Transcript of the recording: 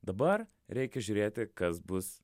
dabar reikia žiūrėti kas bus